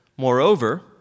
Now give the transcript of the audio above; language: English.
Moreover